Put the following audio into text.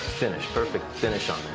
finished, perfect finish on there.